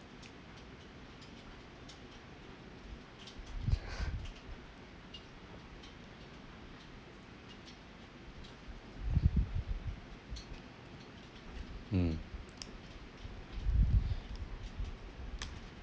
hmm